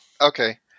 Okay